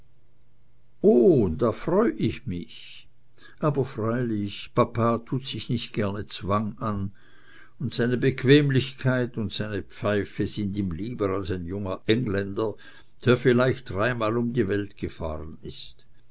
oh da freu ich mich aber freilich papa tut sich nicht gerne zwang an und seine bequemlichkeit und seine pfeife sind ihm lieber als ein junger engländer der vielleicht dreimal um die welt gefahren ist